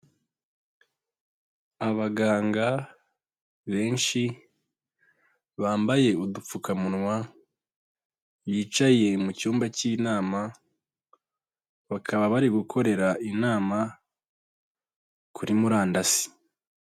Abaganga benshi bambaye udupfukamunwa, bicaye mu cyumba cy'inama bakaba bari gukorera inama kuri murandasi.